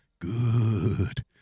Good